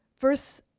Verse